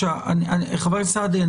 חבר הכנסת סעדי,